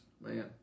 Man